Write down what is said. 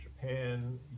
japan